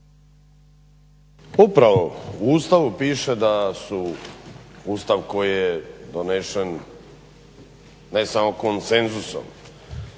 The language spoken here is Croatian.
Upravo u Ustavu piše da su Ustav koji je donesen ne samo konsenzusom